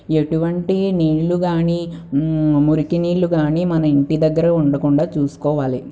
ఎటువంటి నీళ్లు కానీ మురికి నీళ్లు కానీ మన ఇంటి దగ్గర ఉండకుండా చూసుకోవాలి